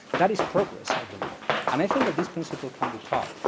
that is progress i believe. and i think that this principle can be taught.